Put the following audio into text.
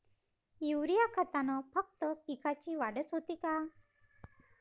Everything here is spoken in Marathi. युरीया खतानं फक्त पिकाची वाढच होते का?